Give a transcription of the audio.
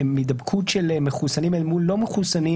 ההידבקות של מחוסנים אל מול לא-מחוסנים.